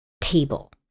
table